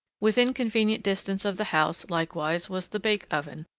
within convenient distance of the house, likewise, was the bake-oven,